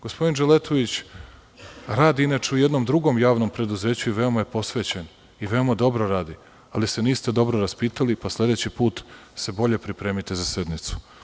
Gospodin Dželetović inače radi u jednom drugom javnom preduzeću i veoma je posvećen i veoma dobro radi, ali se niste dobro raspitali, pa sledeći put se bolje pripremite za sednicu.